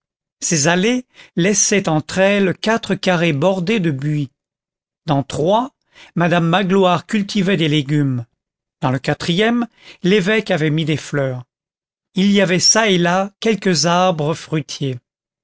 ces allées laissaient entre elles quatre carrés bordés de buis dans trois madame magloire cultivait des légumes dans le quatrième l'évêque avait mis des fleurs il y avait çà et là quelques arbres fruitiers